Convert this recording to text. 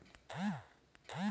ಕಬ್ಬಿನ ತೋಟಕ್ಕೆ ಔಷಧಿ ಹಾಕುತ್ತಾರಾ?